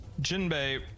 Jinbei